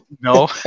No